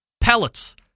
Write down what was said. pellets